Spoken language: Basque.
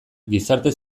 gizarte